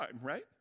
right